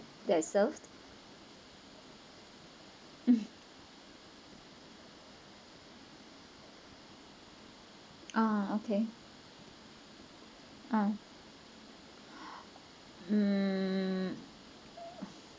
that is served um ah okay ah mm